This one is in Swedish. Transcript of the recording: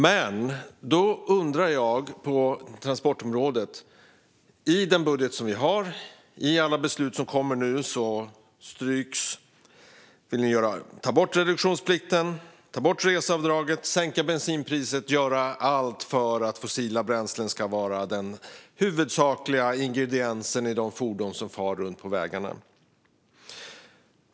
Men då undrar jag över transportområdet. I den budget som ni har och i alla de beslut som nu kommer vill ni tar bort reduktionsplikten, ta bort reseavdraget, sänka bensinpriset och göra allt för att fossila bränslen ska vara den huvudsakliga ingrediensen i de fordon som far runt på vägarna.